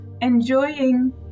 enjoying